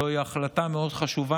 זאת החלטה מאוד חשובה,